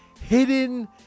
hidden